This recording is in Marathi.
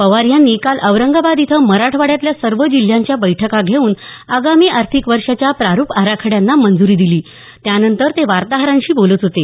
पवार यांनी काल औरंगाबाद इथं मराठवाड्यातल्या सर्व जिल्ह्यांच्या बैठका घेऊन आगामी आर्थिक वर्षाच्या प्रारुप आराखड्यांना मंजूरी दिली त्यानंतर ते वार्ताहरांशी बोलत होते